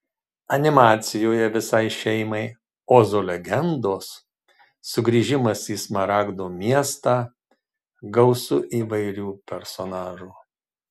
animacijoje visai šeimai ozo legendos sugrįžimas į smaragdo miestą gausu įvairių personažų